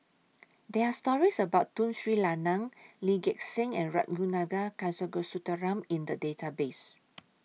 There Are stories about Tun Sri Lanang Lee Gek Seng and Ragunathar Kanagasuntheram in The Database